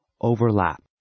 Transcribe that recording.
Overlap